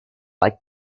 like